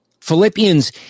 Philippians